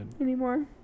anymore